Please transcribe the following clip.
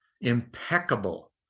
impeccable